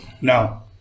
Now